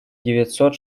девятьсот